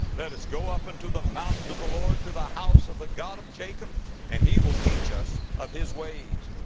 let us go up into the mountain of the lord to the house of the god of jacob and he will teach us of his ways,